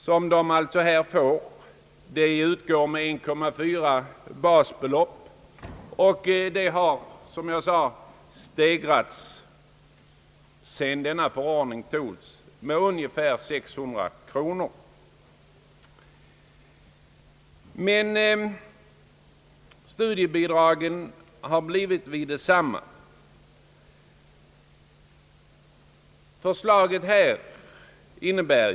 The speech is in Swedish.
Lån beviljas nu med 1,4 gånger basbeloppet, vilket innebär en ökning med ungefär 600 kronor sedan förordningen kom till, men studiebidragen har förblivit oförändrade.